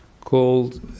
called